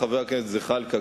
חבר הכנסת זחאלקה,